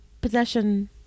possession